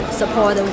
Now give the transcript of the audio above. support